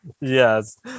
yes